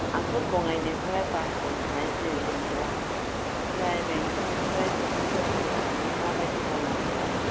आंथ' बङाइनिफ्राय बासजों थांनोसै जेनेबा ओमफ्राय बेंटलनिफ्राय सेरफांगुरिसिमाव थांनो माबादि लामाफ्रा